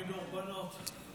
מילים כדורבנות.